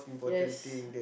yes